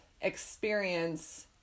experience